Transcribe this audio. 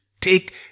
take